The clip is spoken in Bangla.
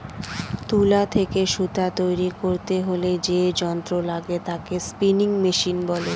তুলা থেকে সুতা তৈরী করতে হলে যে যন্ত্র লাগে তাকে স্পিনিং মেশিন বলে